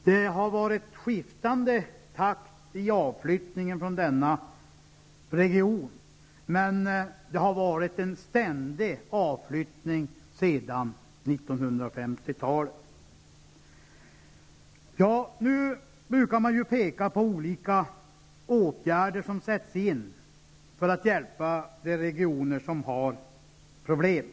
Det har varit skiftande takt i avflyttningen från denna region, men det har pågått en ständig avflyttning sedan 1950-talet. Man brukar peka på olika åtgärder som sätts in för att hjälpa de regioner som har problem.